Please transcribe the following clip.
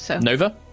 Nova